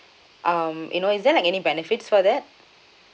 um you know is there like any benefits for that